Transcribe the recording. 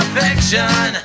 fiction